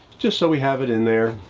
just so we have it in there.